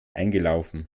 eingelaufen